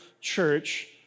church